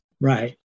Right